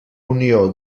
unió